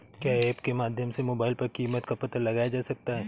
क्या ऐप के माध्यम से मोबाइल पर कीमत का पता लगाया जा सकता है?